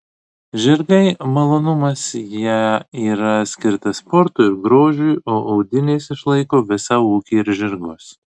žirgai malonumas jie yra skirti sportui ir grožiui o audinės išlaiko visą ūkį ir žirgus